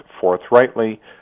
forthrightly